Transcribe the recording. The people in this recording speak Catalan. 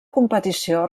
competició